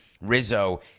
Rizzo